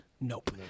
Nope